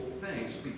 thanks